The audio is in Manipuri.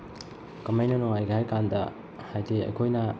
ꯀꯃꯥꯏꯅ ꯅꯨꯡꯉꯥꯏꯒꯦ ꯍꯥꯏꯔ ꯀꯥꯟꯗ ꯍꯥꯏꯗꯤ ꯑꯩꯈꯣꯏꯅ